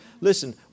Listen